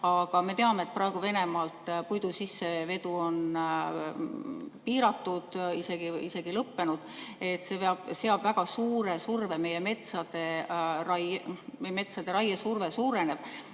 aga me teame, et praegu on Venemaalt puidu sissevedu piiratud, isegi lõppenud. See seab väga suure surve meie metsadele, raiesurve suureneb.